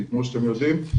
כי כמו שאתם יודעים,